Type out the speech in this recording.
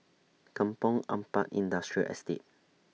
Kampong Ampat Industrial Estate